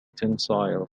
tensile